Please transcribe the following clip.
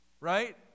Right